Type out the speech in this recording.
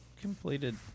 completed